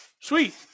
Sweet